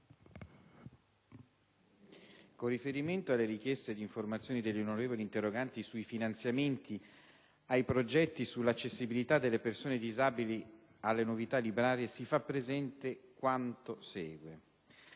con riferimento alle richieste di informazione degli onorevoli interroganti sui finanziamenti ai progetti sull'accessibilità delle persone disabili alle novità librarie, si fa presente quanto segue.